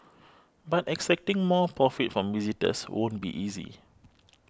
but extracting more profit from visitors won't be easy